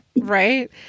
right